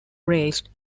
raised